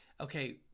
okay